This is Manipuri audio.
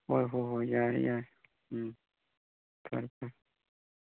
ꯍꯣꯏ ꯍꯣꯏ ꯍꯣꯏ ꯌꯥꯔꯦ ꯌꯥꯔꯦ ꯎꯝ ꯐꯔꯦ ꯐꯔꯦ